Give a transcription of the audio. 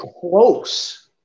Close